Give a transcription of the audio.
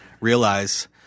realize